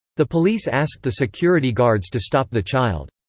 the police asked the security guards to stop the child.